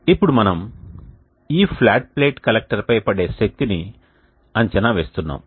ఇప్పుడు మనము ఈ ఫ్లాట్ ప్లేట్ కలెక్టర్పై పడే శక్తిని అంచనా వేస్తున్నాము